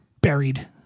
buried